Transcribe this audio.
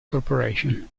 corporation